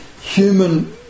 human